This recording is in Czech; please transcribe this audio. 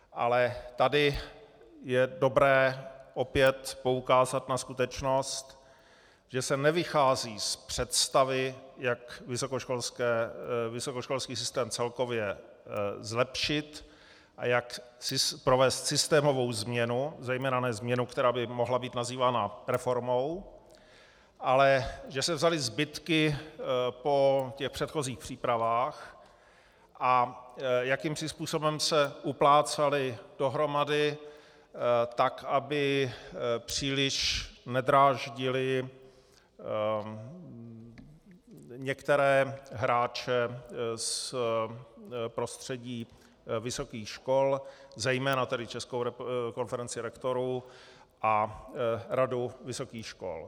Ale tady je dobré opět poukázat na skutečnost, že se nevychází z představy, jak vysokoškolský systém celkově zlepšit a jak provést systémovou změnu, zejména ne změnu, která by mohla být nazývána reformou, ale že se vzaly zbytky po předchozích přípravách a jakýmsi způsobem se uplácaly dohromady tak, aby příliš nedráždily některé hráče z prostředí vysokých škol, zejména tedy Českou konferenci rektorů a Radu vysokých škol.